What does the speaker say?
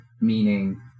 meaning